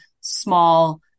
small